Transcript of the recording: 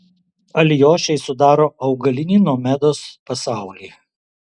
alijošiai sudaro augalinį nomedos pasaulį